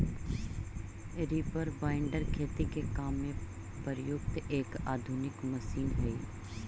reaper binder खेती के काम में प्रयुक्त एक आधुनिक मशीन हई